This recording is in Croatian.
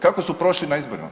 Kako su prošli na izborima?